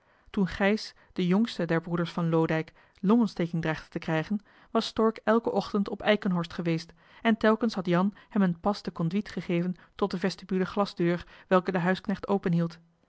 gijs de jongste der breeders van loodijck longontsteking dreigde te krijgen was stork elkenochtend op eikenhorst geweest en telkens had jan hem een pas de conduite gegeven tot bij de vestibule glasdeur welke de huisknecht